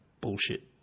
bullshit